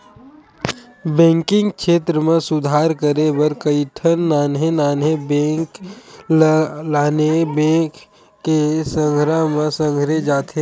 banking छेत्र म सुधार करे बर कइठन नान्हे नान्हे बेंक ल आने बेंक के संघरा म संघेरे जाथे